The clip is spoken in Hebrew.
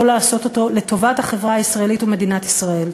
לעשות אותו לטובת החברה הישראלית ומדינת ישראל.